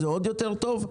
אז עוד יותר טוב,